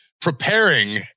preparing